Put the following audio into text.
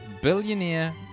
billionaire